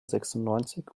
sechsundneunzig